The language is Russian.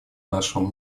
нашему